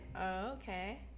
okay